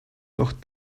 noch